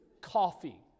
Coffee